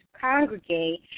congregate